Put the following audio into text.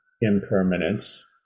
impermanence